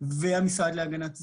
והמשרד להגנת הסביבה,